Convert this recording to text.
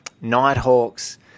Nighthawks